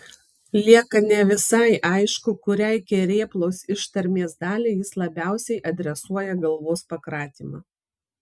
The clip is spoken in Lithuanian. lieka ne visai aišku kuriai kerėplos ištarmės daliai jis labiausiai adresuoja galvos pakratymą